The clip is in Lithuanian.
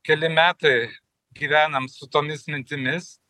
keli metai gyvenam su tomis mintimis